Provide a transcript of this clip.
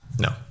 No